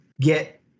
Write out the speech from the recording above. get